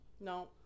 No